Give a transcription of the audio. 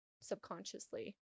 subconsciously